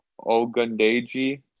Ogundeji